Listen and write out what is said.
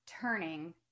turning